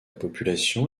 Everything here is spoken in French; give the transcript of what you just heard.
population